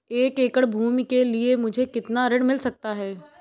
एक एकड़ भूमि के लिए मुझे कितना ऋण मिल सकता है?